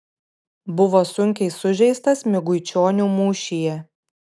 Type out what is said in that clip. buvo sunkiai sužeistas miguičionių mūšyje